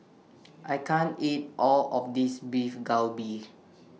I can't eat All of This Beef Galbi